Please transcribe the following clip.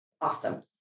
awesome